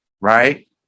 right